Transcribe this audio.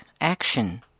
action